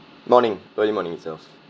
morning early morning itself